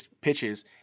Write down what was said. pitches